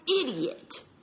idiot